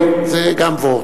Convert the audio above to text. כן, זה גם "ווארט".